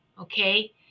Okay